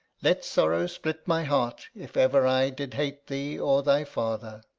let sorrow split my heart if ever i did hate thee, or thy father!